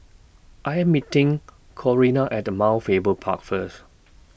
I Am meeting Corina At Mount Faber Park First